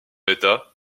état